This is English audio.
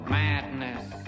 madness